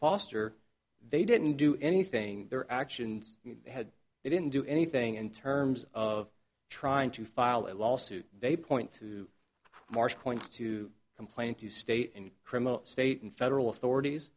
foster they didn't do anything their actions had they didn't do anything in terms of trying to file a lawsuit they point to marsh points to complain to state and criminal state and federal authorities